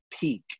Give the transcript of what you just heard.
peak